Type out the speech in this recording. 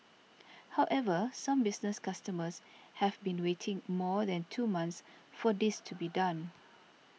however some business customers have been waiting more than two months for this to be done